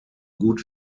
gut